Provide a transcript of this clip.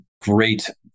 great